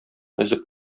өзеп